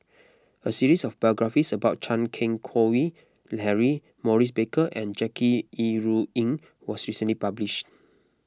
a series of biographies about Chan Keng Howe Harry Maurice Baker and Jackie Yi Ru Ying was recently published